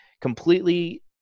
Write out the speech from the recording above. completely